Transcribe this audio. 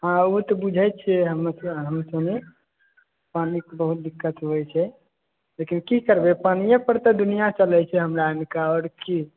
हाँ ओतऽ बुझै छियै हम हम कनि पानिके बहुत दिक्कत होइत छै लेकिन की करबै पानिए पर तऽ दुनिया चलै छै हमरा हिनका आओर की की